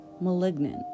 malignant